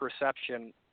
perception